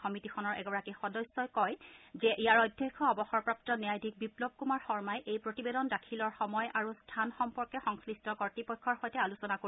সমিতিখনৰ এগৰাকী সদস্যই কয় যে ইয়াৰ অধ্যক্ষ অৱসৰপ্ৰাপ্ত ন্যায়াধীশ বিপ্লৱ কুমাৰ শৰ্মই এই প্ৰতিবেদন দাখিলৰ সময় আৰু স্থান সম্পৰ্কে সংশ্লিষ্ট কৰ্ড়পক্ষৰ সৈতে আলোচনা কৰিব